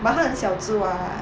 but 她很小只 [what]